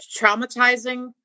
traumatizing